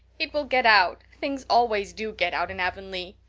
it will get out things always do get out in avonlea.